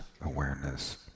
awareness